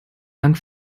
bank